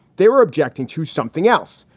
they were objecting to something else.